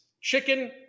chicken